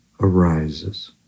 arises